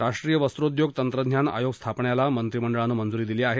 राष्ट्रीय वस्त्रोद्योग तंत्रज्ञान आयोग स्थापण्याला मंत्रिमंडळानं मंजुरी दिली आहे